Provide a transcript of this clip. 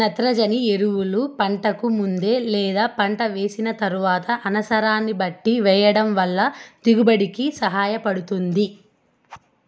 నత్రజని ఎరువులను పంటకు ముందు లేదా పంట వేసిన తరువాత అనసరాన్ని బట్టి వెయ్యటం వల్ల పంట దిగుబడి కి సహాయపడుతాది